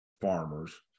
farmers